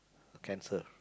cancer